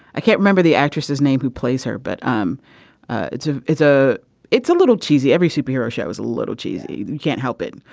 i can't remember the actress's name who plays her but um it's a it's a it's a little cheesy every superhero show is a little cheesy you can't help it.